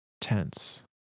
tense